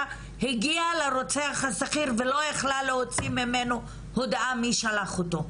הגיעה לרוצח השכיר ולא יכלה להוציא ממנו הודאה מי שלח אותו.